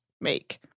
Make